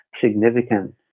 significant